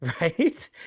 Right